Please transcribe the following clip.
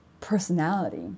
personality